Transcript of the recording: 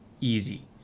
easy